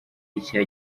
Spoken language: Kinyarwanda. icyaha